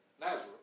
Nazareth